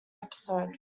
episode